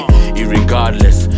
Irregardless